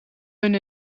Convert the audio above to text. hun